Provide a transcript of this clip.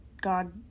God